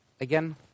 Again